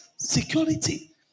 Security